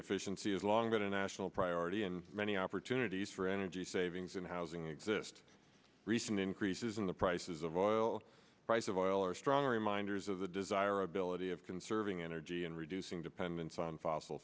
efficiency is a longer national priority and many opportunities for energy savings and housing exist recent increases in the prices of oil price of oil are strong reminders of the desirability of conserving energy and reducing dependence on fossil